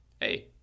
hey